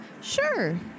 Sure